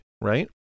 right